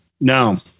No